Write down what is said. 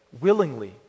willingly